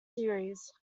theories